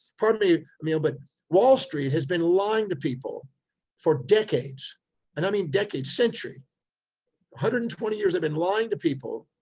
pardon me emile, but wall street has been lying to people for decades and i mean, decades, century, one hundred and twenty years, they've been lying to people